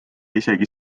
isegi